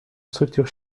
structure